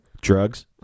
Drugs